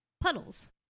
Puddles